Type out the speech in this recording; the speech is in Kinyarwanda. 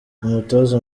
umutoza